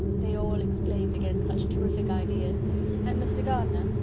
they all exclaimed against such terrific ideas and mr. gardiner,